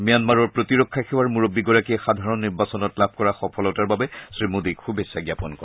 ম্যানমাৰৰ প্ৰতিৰক্ষা সেৱাৰ মূৰববীগৰাকীয়ে সাধাৰণ নিৰ্বাচনত লাভ কৰা সফলতাৰ বাবে শ্ৰীমোডীক শুভেচ্ছা জ্ঞাপন কৰে